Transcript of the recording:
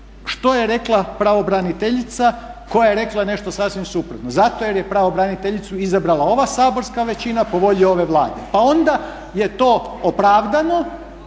što je rekla pravobraniteljica koja je rekla nešto sasvim suprotno, zato jer je pravobraniteljicu izabrala ova saborska većina, po volji ove Vlade. Pa onda je to opravdano